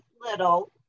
little